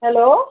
hello